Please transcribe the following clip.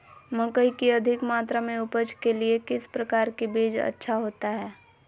मकई की अधिक मात्रा में उपज के लिए किस प्रकार की बीज अच्छा होता है?